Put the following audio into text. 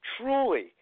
truly